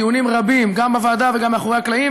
דיונים רבים גם בוועדה וגם מאחורי הקלעים,